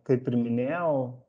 kaip ir minėjau